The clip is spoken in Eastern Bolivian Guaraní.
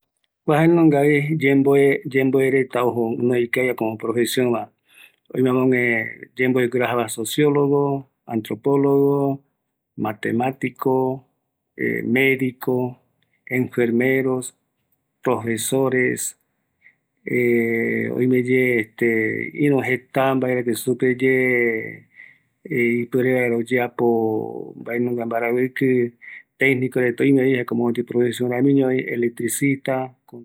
Kuareta jaevi yaesa, doctor en salud, ingniero petrolero, arquitecto, enfermero, mestro de aula como docentes, sociologo, biologo, deportista, abogfacia